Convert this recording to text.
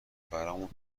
برامون